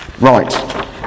Right